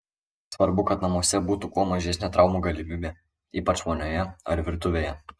svarbu kad namuose būtų kuo mažesnė traumų galimybė ypač vonioje ar virtuvėje